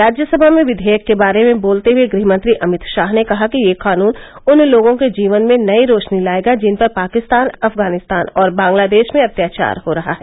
राज्य सभा में विषेयक के बारे में बोलते हुए गृहमंत्री अमित शाह ने कहा कि यह कानून उन लोगों के जीवन में नई रोशनी लाएगा जिनपर पाकिस्तान अफगानिस्तान और बांग्लादेश में अत्याचार हो रहा है